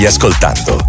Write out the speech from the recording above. Ascoltando